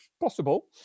possible